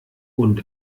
und